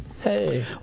hey